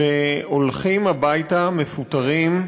שהולכים הביתה מפוטרים.